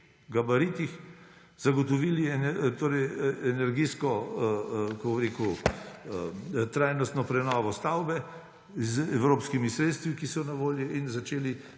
gabaritih zagotovili torej energijsko, kako bi rekel, trajnostno prenovo stavbe z evropskimi sredstvi, ki so na voljo, in začeli